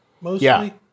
mostly